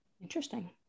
Interesting